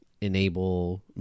enable